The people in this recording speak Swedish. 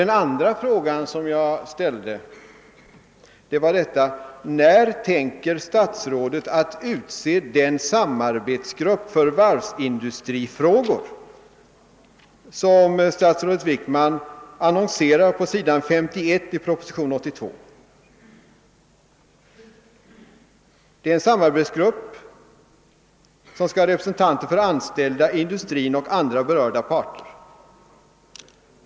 Den andra frågan som jag ställde var: När tänker statsrådet utse den samarbetsgrupp för varvsindustrifrågor som statsrådet Wickman aviserade på s. ol i proposition 82? Det är en samarbelsgrupp som skall omfatta representanter för de anställda, industrin och andra berörda parter.